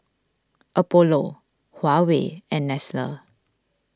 Apollo Huawei and Nestle